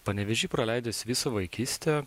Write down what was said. panevėžy praleidęs visą vaikystę